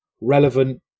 relevant